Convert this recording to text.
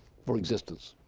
for existence,